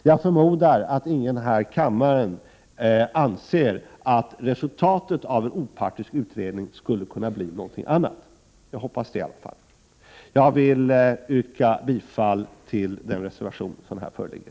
Jag förmodar att ingen i kammaren anser att resultatet av en opartisk utredning skulle kunna bli något annat. Jag vill yrka bifall till den reservation som här föreligger.